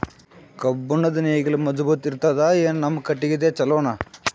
ಕಬ್ಬುಣದ್ ನೇಗಿಲ್ ಮಜಬೂತ ಇರತದಾ, ಏನ ನಮ್ಮ ಕಟಗಿದೇ ಚಲೋನಾ?